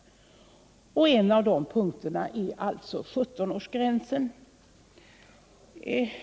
En av de punkterna är alltså 17-årsgränsen.